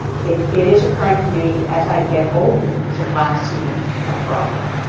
it it is occurring to me, as i get older, that there's a glass ceiling of broadway,